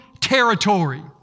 territory